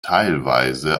teilweise